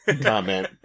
comment